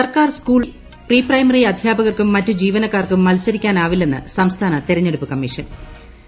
സർക്കാർ സ്കൂൾ പ്രീപ്രൈമറ്റ് അസ്യാപകർക്കും മറ്റ് ജീവനക്കാർക്കും മത്സരിക്കാന്ടുവില്ലെന്ന് സംസ്ഥാന തെരഞ്ഞെടുപ്പ് കമ്മീഷൻ പ്രി ദ